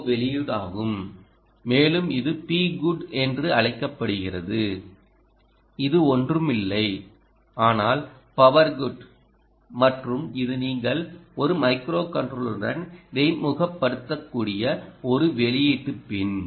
ஓ வெளியீடாகும் மேலும் இது Pgood என்று அழைக்கப்படுகிறது இது ஒன்றுமில்லை ஆனால் பவர் குட் மற்றும் இது நீங்கள் ஒரு மைக்ரோகண்ட்ரோலருடன் இடைமுகப்படுத்தக்கூடிய ஒரு வெளியீட்டு பின்